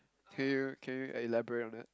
here okay I elaborate on it